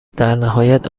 درنهایت